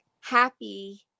happy